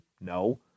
No